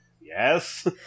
Yes